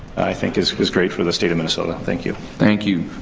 i think, is is great for the state of minnesota. thank you. thank you.